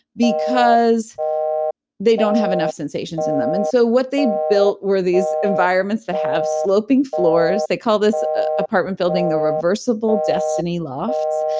because they don't have enough sensations in them. and so what they built where these environments, they have sloping floors, they call this apartment building the reversible destiny lofts.